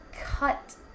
cut